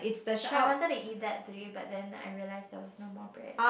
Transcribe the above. so I wanted to eat that today but then I realise there was no more bread